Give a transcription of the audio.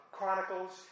Chronicles